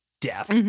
death